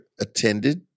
attended